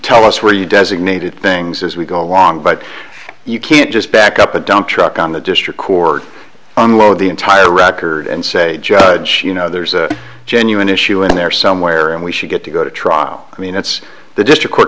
tell us where you designated things as we go along but you can't just back up a dump truck on the district court unload the entire record and say judge you know there's a genuine issue in there somewhere and we should get to go to trial i mean it's the district